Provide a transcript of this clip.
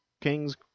Kings